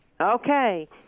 Okay